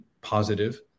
positive